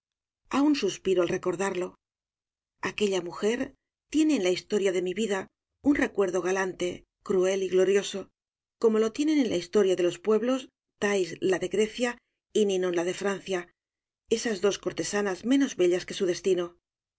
peregrinación aún suspiro al recordarlo aquella mujer tiene en la historia de mi vida un recuerdo galante cruel y glorioso como lo tienen en la historia de los pueblos thais la de grecia y ninon la de francia esas dos cortesanas menos bellas que su destino